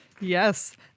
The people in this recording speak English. Yes